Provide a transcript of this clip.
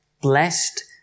blessed